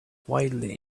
wildly